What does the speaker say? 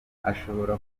ashobora